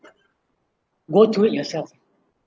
go through yourself